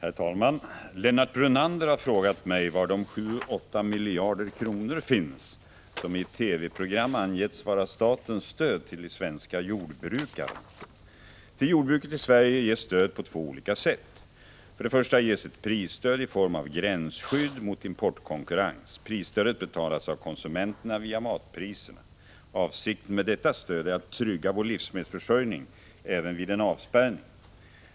Herr talman! Lennart Brunander har frågat mig var de 7-8 miljarder kronor finns som i ett TV-program angetts vara statens stöd till de svenska jordbrukarna. Till jordbruket i Sverige ges stöd på två olika sätt. För det första ges ett prisstöd i form av gränsskydd mot importkonkurrens. Prisstödet betalas av konsumenterna via matpriserna. Avsikten med detta stöd är att trygga vår livsmedelsförsörjning även vid en avspärrning.